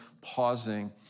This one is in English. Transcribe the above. pausing